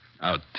Out